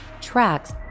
tracks